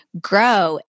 grow